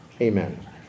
Amen